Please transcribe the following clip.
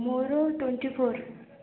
ମୋର twenty four